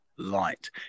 Light